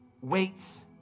waits